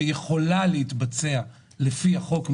ולפי החוק יכולה להתבצע מכירה,